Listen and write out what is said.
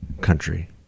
Country